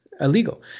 Illegal